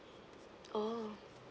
oh